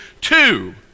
two